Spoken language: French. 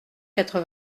quatre